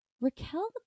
Raquel